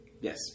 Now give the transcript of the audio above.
Yes